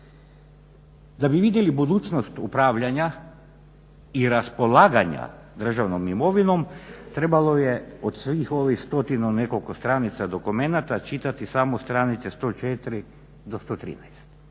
Da bi vidjeli budućnost upravljanja i raspolaganja državnom imovinom trebali je od svih ovih stotinu i nekoliko stranica dokumenata čitati samo stranice 104 do 113